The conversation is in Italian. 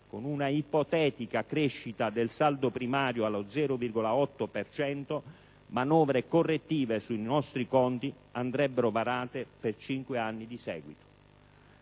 con una ipotetica crescita del saldo primario allo 0,8 per cento, manovre correttive sui nostri conti andrebbero varate per cinque anni di seguito.